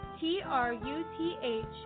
t-r-u-t-h